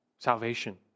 Salvation